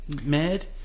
mad